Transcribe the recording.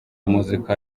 muzika